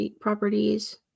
properties